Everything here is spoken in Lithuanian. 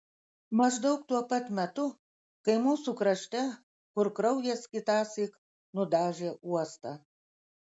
maždaug tuo pat metu kai mūsų krašte kur kraujas kitąsyk nudažė uostą